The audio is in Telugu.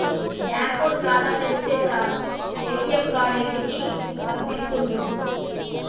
బాంకోడు ఖాతా తెరిస్తె సాలు ఏ.టి.ఎమ్ కార్డు ఇంటికి పంపిత్తుండు